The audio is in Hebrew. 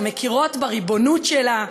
המכירות בריבונות שלה,